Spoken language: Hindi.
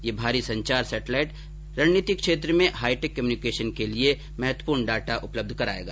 यह भारी संचार सेटेलाइट रणनीतिक क्षेत्र में हाइटेक कम्युनिकेशन के लिए महत्वपूर्ण डाटा उपलब्ध करायेगा